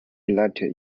elected